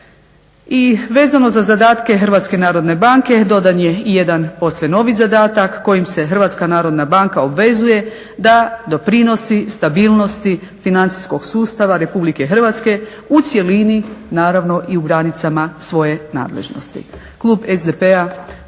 I vezano za zadatke HNB dodan je i jedan posve novi zadatak kojim se HNB obvezuje da doprinosi stabilnosti financijskog sustava RH u cjelini naravno i u granicama svoje nadležnosti. Klub SDP-a